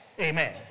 Amen